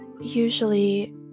usually